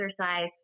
exercise